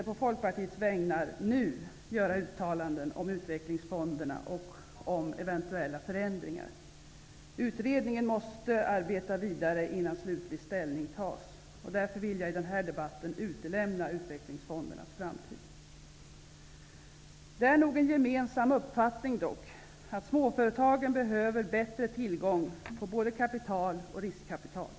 På Folkpartiets vägnar vill jag inte nu göra uttalanden om utvecklingsfonderna och om eventuella förändringar. Utredningen måste arbeta vidare innan slutlig ställning tas. Därför vill jag i denna debatt utelämna frågan om utvecklingsfondernas framtid. Dock är det nog en gemensam uppfattning att småföretagen behöver bättre tillgång till både kapital och riskkapital.